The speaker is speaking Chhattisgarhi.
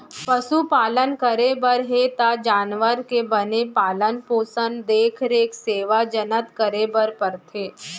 पसु पालन करे बर हे त जानवर के बने पालन पोसन, देख रेख, सेवा जनत करे बर परथे